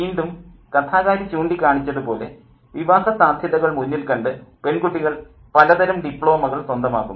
വീണ്ടും കഥാകാരി ചൂണ്ടിക്കാണിച്ചതുപോലെ വിവാഹസാധ്യതകൾ മുന്നിൽക്കണ്ട് പെൺകുട്ടികൾ പലതരം ഡിപ്ലോമകൾ സ്വന്തമാക്കുന്നു